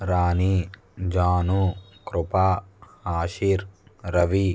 Rani Janu Kripa Ashir Ravi